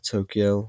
Tokyo